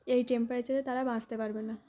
এই টেম্পারেচারে তারা বাঁচতে পারবে না